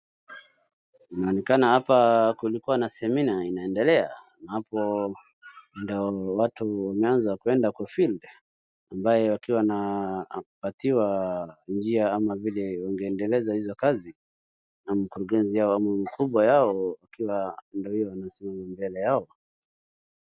Unaonekana hapa kulikuwa na semina inaendelea. Na hapo ndio watu wameanza kuenda kwa field ambayo wakiwa wamepatiwa njia ama vile wangeendeleza hizo kazi na mkurugenzi yao ama mkubwa yao akiwa ndio huyo anasimama mbele yao.